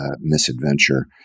misadventure